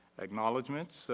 acknowledgment,